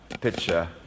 picture